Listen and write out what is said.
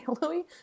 Louis